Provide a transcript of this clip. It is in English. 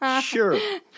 Sure